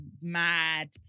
Mad